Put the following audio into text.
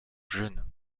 jeune